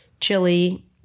chili